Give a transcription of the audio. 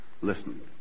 Listen